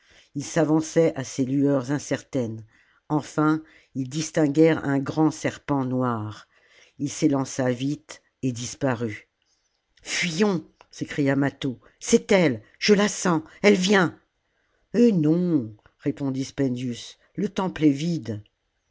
ils s'avançaient à ces lueurs incertaines enfin ils distinguèrent un grand serpent noir il s'élança vite et disparut fuyons s'écria mâtho c'est elle je la sens elle vient eh non répondit spendius le temple est vide